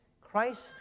Christ